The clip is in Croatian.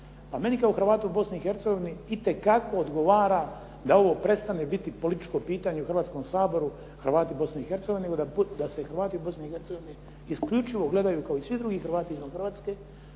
Bosni i Hercegovini itekako odgovara da ovo prestane biti političko pitanje u Hrvatskom saboru Hrvati u Bosni i Hercegovini nego da se Hrvati u Bosni i Hercegovini isključivo gledaju kao i svi drugi Hrvati izvan Hrvatske,